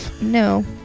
No